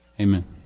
Amen